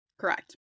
correct